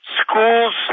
School's